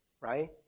right